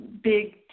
big